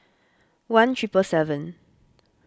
one triple seven